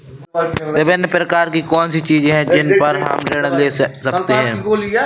विभिन्न प्रकार की कौन सी चीजें हैं जिन पर हम ऋण ले सकते हैं?